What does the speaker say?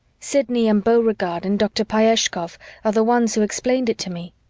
sidney and beauregard and dr. pyeshkov are the ones who explained it to me.